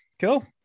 Cool